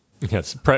Yes